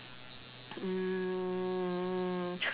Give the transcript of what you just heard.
mm